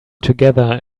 together